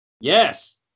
Yes